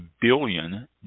billion